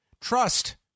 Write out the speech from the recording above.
trust